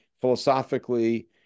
philosophically